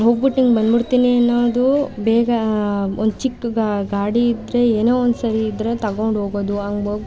ಹೋಗಿಬಿಟ್ಟು ಹಿಂಗೆ ಬಂದ್ಬಿಡ್ತೀನಿ ಅನ್ನೋದು ಬೇಗ ಒಂದು ಚಿಕ್ಕ ಗಾಡಿ ಇದ್ದರೆ ಏನೋ ಒಂದ್ಸರಿ ಇದ್ದರೆ ತಗೊಂಡು ಹೋಗೋದು ಹಂಗೆ ಹೋಗಿ